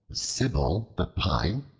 cybele the pine,